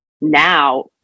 now